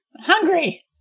Hungry